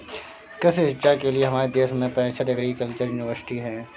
कृषि शिक्षा के लिए हमारे देश में पैसठ एग्रीकल्चर यूनिवर्सिटी हैं